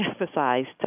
emphasized